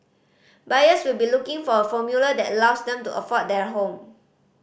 buyers will be looking for a formula that allows them to afford their home